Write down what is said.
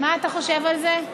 מה אתה חושב על זה?